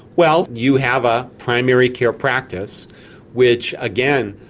well, you have a primary care practice which, again,